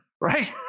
Right